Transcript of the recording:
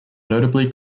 notably